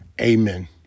Amen